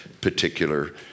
particular